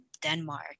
Denmark